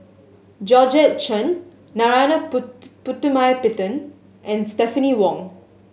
Georgette Chen Narana Putumaippittan and Stephanie Wong